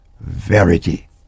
verity